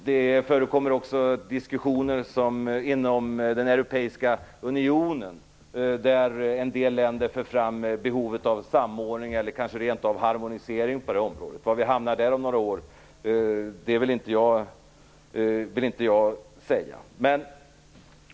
Det förekommer också diskussioner inom Europeiska unionen, där en del länder för fram behovet av en samordning eller kanske rent av en harmonisering på det här området. Var vi hamnar där om några år vill inte jag uttala mig om.